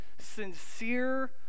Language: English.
sincere